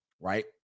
right